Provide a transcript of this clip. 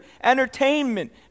entertainment